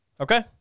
Okay